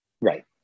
Right